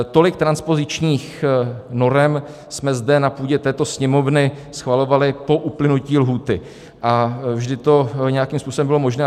Tolik transpozičních norem jsme zde na půdě této Sněmovny schvalovali po uplynutí lhůty a vždy to nějakým způsobem bylo možné.